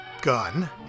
gun